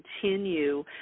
continue